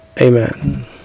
Amen